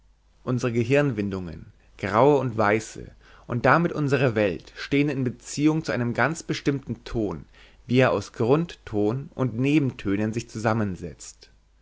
unsere gehirnwindungen graue und weiße und damit unsere welt stehen in beziehung zu einem ganz bestimmten ton wie er aus grundton und nebentönen sich zusammensetzt